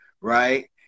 Right